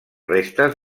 restes